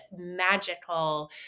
magical